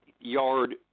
yard